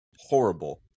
horrible